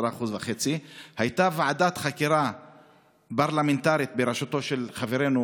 10.5%. הייתה ועדת חקירה פרלמנטרית בראשותו של חברנו